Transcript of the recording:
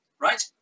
right